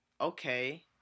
okay